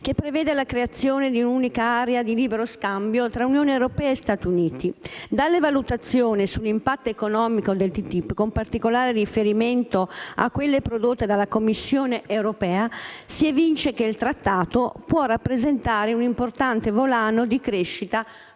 che prevede la creazione di un'unica area di libero scambio tra Unione europea e Stati Uniti. Dalle valutazioni sull'impatto economico del TTIP - con particolare riferimento a quelle prodotte dalla Commissione europea - si evince che il Trattato può rappresentare un importante volano di crescita per